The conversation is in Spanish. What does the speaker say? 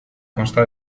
consta